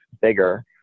bigger